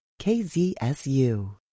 KZSU